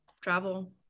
travel